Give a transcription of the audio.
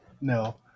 No